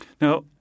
Now